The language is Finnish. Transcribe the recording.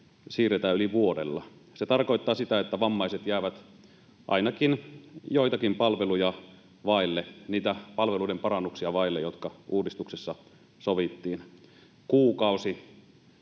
siirretään yli vuodella. Se tarkoittaa sitä, että vammaiset jäävät ainakin joitakin palveluja vaille, vaille niitä palveluiden parannuksia, jotka uudistuksessa sovittiin. Kuukausi